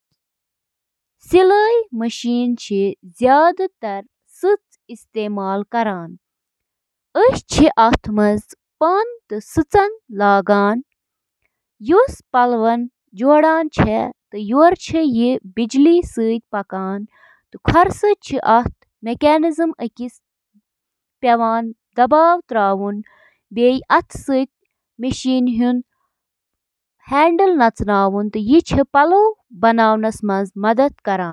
اکھ ٹوسٹر چُھ گرمی پٲدٕ کرنہٕ خٲطرٕ بجلی ہنٛد استعمال کران یُس روٹی ٹوسٹس منٛز براؤن چُھ کران۔ ٹوسٹر اوون چِھ برقی کرنٹ سۭتۍ کوائلن ہنٛد ذریعہٕ تیار گژھن وٲل انفراریڈ تابکٲری ہنٛد استعمال کٔرتھ کھین بناوان۔